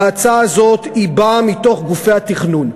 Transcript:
וההצעה הזאת באה מתוך גופי התכנון,